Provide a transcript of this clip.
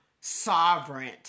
sovereign